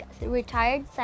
retired